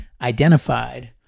identified